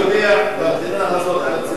הציבור הערבי יודע במדינה הזאת על הציבור